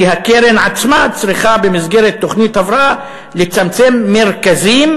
כי הקרן עצמה צריכה במסגרת תוכנית הבראה לצמצם מרכזים,